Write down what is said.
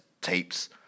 tapes